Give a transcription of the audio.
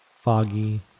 Foggy